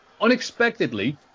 unexpectedly